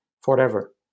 forever